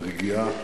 ברגיעה,